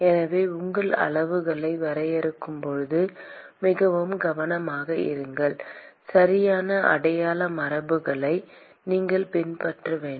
எனவே உங்கள் அளவுகளை வரையறுக்கும்போது மிகவும் கவனமாக இருங்கள் சரியான அடையாள மரபுகளை நீங்கள் பின்பற்ற வேண்டும்